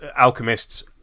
alchemists